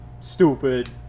stupid